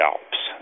Alps